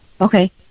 Okay